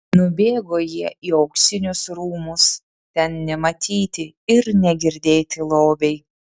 nubėgo jie į auksinius rūmus ten nematyti ir negirdėti lobiai